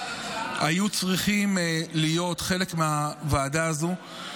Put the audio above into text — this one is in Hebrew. היו צריכים להיות חלק מהוועדה הזאת.